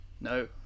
No